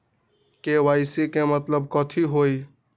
KYC के मतलब कथी होई?